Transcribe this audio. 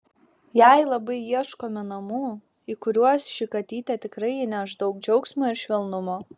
jai labai ieškome namų į kuriuos ši katytė tikrai įneš daug džiaugsmo ir švelnumo